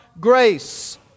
grace